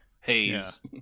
haze